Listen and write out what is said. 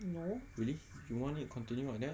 really you want it to continue like that